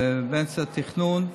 הוא באמצע התכנון,